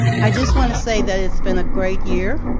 i just wanna say that it's been a great year.